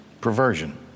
perversion